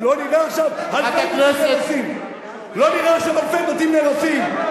לא נראה לך שאלפי, עשרות אלפי יהודים מגורשים.